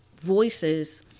voices